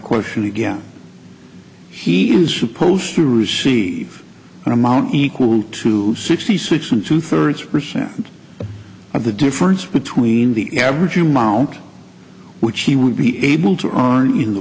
question again he is supposed to receive an amount equal to sixty six and two thirds percent of the difference between the average amount which he would be able to argue in the